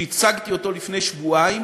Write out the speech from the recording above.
שהצגתי לפני שבועיים,